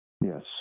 Yes